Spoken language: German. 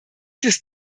des